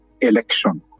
election